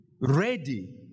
ready